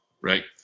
Right